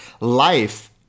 life